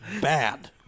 bad